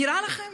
נראה לכם?